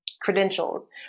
credentials